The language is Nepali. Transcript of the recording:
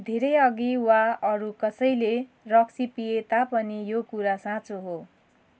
धेरै अघि वा अरू कसैले रक्सी पिए तापनि यो कुरा साँचो हो